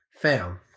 Fam